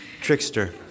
trickster